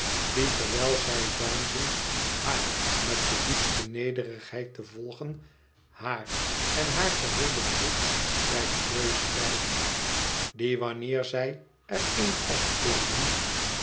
die terwijl zij veinzen haar met de diepste nederigheid te volgen haar en haar geheelen troep bij den neus leiden die wanneer zij er één